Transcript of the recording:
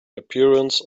appearance